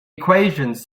equations